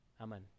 Amen